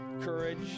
courage